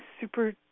super